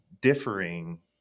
differing